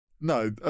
No